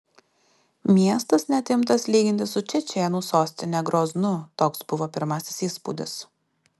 miestas net imtas lyginti su čečėnų sostine groznu toks buvo pirmasis įspūdis